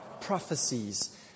prophecies